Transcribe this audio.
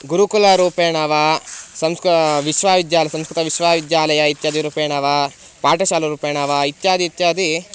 गुरुकुलरूपेण वा संस्क विश्वाविद्यालयः संस्कृतविश्वाविद्यालयः इत्यादिरूपेण वा पाठशालारूपेण इत्यादि इत्यादि